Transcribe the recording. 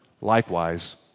Likewise